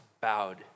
bowed